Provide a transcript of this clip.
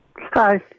Hi